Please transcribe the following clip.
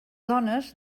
dones